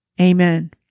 Amen